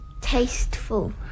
tasteful